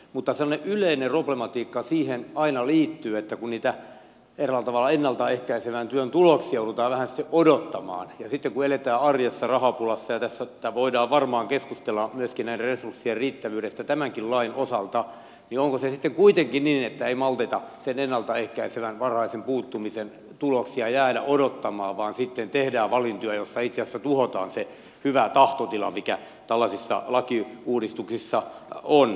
mutta sellainen yleinen problematiikka siihen aina liittyy että kun niitä eräällä tavalla ennalta ehkäisevän työn tuloksia joudutaan vähän sitten odottamaan ja sitten kun eletään arjessa rahapulassa ja voidaan varmaan keskustella myöskin näiden resurssien riittävyydestä tämänkin lain osalta niin onko se sitten kuitenkin niin että ei malteta sen ennalta ehkäisevän varhaisen puuttumisen tuloksia jäädä odottamaan vaan sitten tehdään valintoja joissa itse asiassa tuhotaan se hyvä tahtotila mikä tällaisissa lakiuudistuksissa on